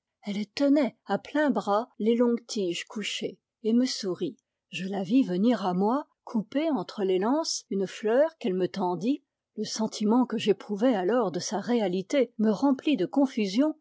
elle tenait à plein bras les longues tiges couchées et me sourit je la vis venir à moi couper entre les lances une fleur qu'elle me tendit le sentiment que j'éprouvai alors de sa réalité me remplit de confusion